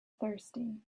thirsty